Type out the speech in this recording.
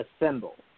assemble